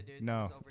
No